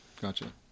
gotcha